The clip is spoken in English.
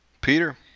Peter